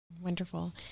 Wonderful